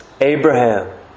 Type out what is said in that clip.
Abraham